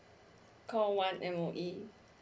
call one M_O_E